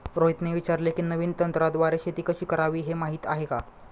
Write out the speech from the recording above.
रोहितने विचारले की, नवीन तंत्राद्वारे शेती कशी करावी, हे माहीत आहे का?